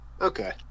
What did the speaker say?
Okay